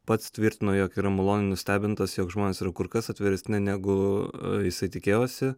pats tvirtino jog yra maloniai nustebintas jog žmonės yra kur kas atviresni negu jisai tikėjosi